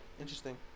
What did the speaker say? Interesting